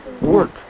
work